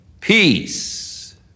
peace